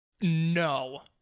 No